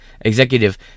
executive